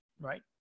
right